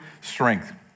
strength